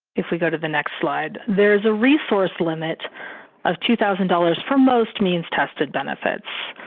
if we go to the next slide, there is a resource limit of two thousand dollars for most means tested benefits.